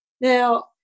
Now